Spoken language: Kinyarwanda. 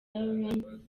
lawrence